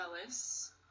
jealous